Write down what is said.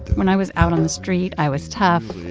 when i was out on the street, i was tough.